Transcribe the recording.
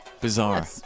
Bizarre